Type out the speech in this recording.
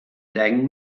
ddeng